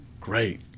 Great